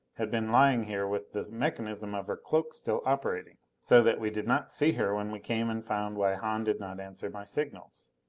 had been lying here with the mechanism of her cloak still operating, so that we did not see her when we came and found why hahn did not answer my signals.